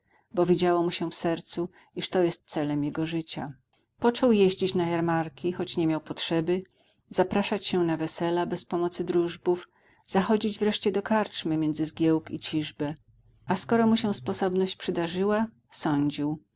mu się w sercu iż to jest celem jego życia począł jeździć na jarmarki choć nie miał potrzeby zapraszać się na wesela bez pomocy drużbów zachodzić wreszcie do karczmy między zgiełk i ciżbę a skoro się mu sposobność przydarzyła sądził